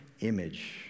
image